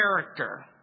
character